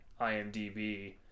IMDb